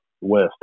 west